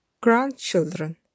Grandchildren